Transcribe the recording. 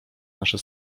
nasze